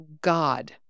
God